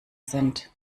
sind